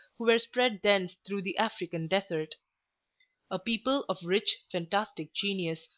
who were spread thence through the african desert a people of rich, fantastic genius,